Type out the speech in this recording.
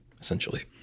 essentially